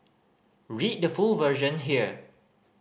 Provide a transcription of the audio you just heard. read the full version here